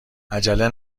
عجله